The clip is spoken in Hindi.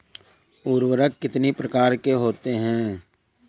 उर्वरक कितनी प्रकार के होते हैं?